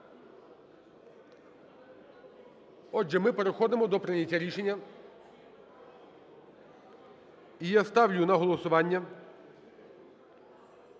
Отже, ми переходимо до прийняття рішення, і я ставлю на голосування